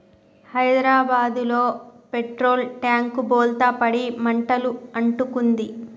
హైదరాబాదులో petrol tank బోల్తా పడి మంటలు అంటుకుంది